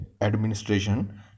administration